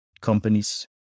companies